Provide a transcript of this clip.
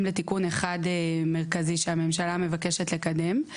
לתיקון אחד מרכזי שהממשלה מבקשת לקדם.